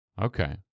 okay